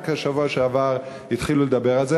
רק בשבוע שעבר התחילו לדבר על זה.